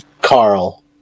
Carl